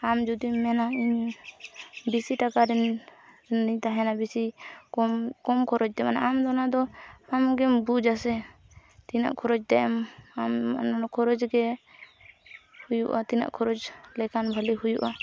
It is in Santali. ᱟᱢ ᱡᱩᱫᱤᱢ ᱢᱮᱱᱟ ᱤᱧ ᱵᱮᱥᱤ ᱴᱟᱠᱟᱨᱮᱱ ᱛᱟᱦᱮᱱᱟ ᱵᱮᱥᱮ ᱠᱚᱢ ᱠᱚᱢ ᱠᱷᱚᱨᱚᱪᱛᱮ ᱢᱟᱱᱮ ᱟᱢᱫᱚ ᱚᱱᱟᱫᱚ ᱟᱢᱜᱮᱢ ᱵᱩᱡᱟ ᱥᱮ ᱛᱤᱱᱟᱹᱜ ᱠᱷᱚᱨᱚᱪᱛᱮᱢ ᱟᱢ ᱚᱱᱟ ᱠᱷᱚᱨᱚᱪ ᱜᱮ ᱦᱩᱭᱩᱜᱼᱟ ᱛᱤᱱᱟᱹᱜ ᱠᱷᱚᱨᱚᱪ ᱞᱮᱠᱷᱟᱱ ᱵᱷᱟᱞᱮ ᱦᱩᱭᱩᱜᱼᱟ